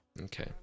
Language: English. Okay